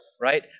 right